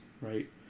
right